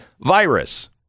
virus